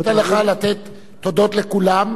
אשתדל להיות, אני נותן לך לתת תודות לכולם,